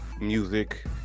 music